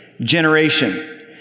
generation